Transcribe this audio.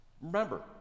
Remember